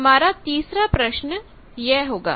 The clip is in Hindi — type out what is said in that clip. हमारा तीसरा प्रश्न यह होगा